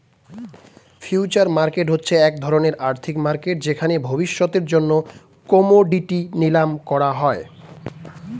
future market হচ্ছে এক ধরণের আর্থিক মার্কেট যেখানে ভবিষ্যতের জন্য কোমোডিটি নিলাম করা হয়